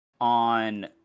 on